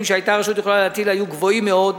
שהיתה הרשות יכולה להטיל היו גבוהים מאוד,